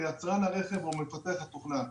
ליצרן הרכב או מפתח התוכנה.